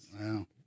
wow